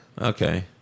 Okay